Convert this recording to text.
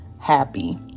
happy